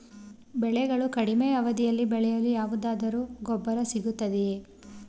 ಬೆಳೆಗಳು ಕಡಿಮೆ ಅವಧಿಯಲ್ಲಿ ಬೆಳೆಯಲು ಯಾವುದಾದರು ಗೊಬ್ಬರ ಸಿಗುತ್ತದೆಯೇ?